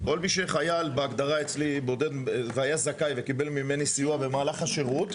כל מי שחייל בודד בהגדרה אצלי והיה זכאי וקיבל ממני סיוע במהלך השירות,